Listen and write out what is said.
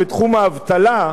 בתחום האבטלה,